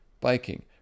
biking